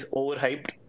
overhyped